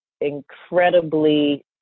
incredibly